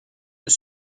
peut